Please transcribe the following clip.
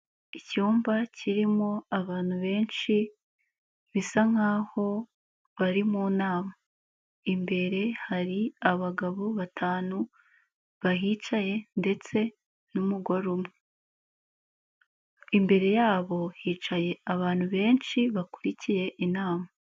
Icyumba kirimo abantu benshi bisa nkaho bari mu nama, imbere hari abagabo batanu bahicaye ndetse n'umugore umwe, imbere yabo hicaye abantu benshi bakurikiye inama.